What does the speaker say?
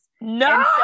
no